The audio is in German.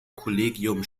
kollegium